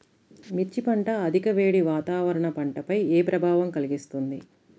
మిర్చి పంట అధిక వేడి వాతావరణం పంటపై ఏ ప్రభావం కలిగిస్తుంది?